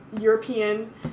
European